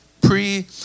pre